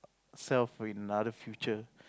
self in other future